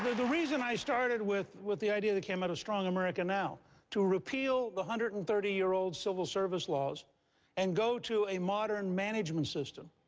the reason i started with with the idea that came out of strong america now to repeal the one hundred and thirty year old civil service laws and go to a modern management system,